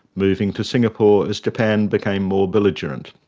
moving to singapore as japan became more belligerent.